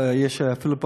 יש אפילו פחות.